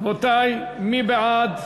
רבותי, מי בעד?